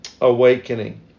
awakening